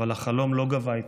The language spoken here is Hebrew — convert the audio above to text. אבל החלום לא גווע איתו.